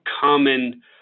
common